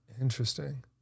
Interesting